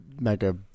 mega